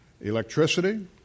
Electricity